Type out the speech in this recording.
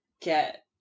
Get